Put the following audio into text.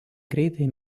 greitai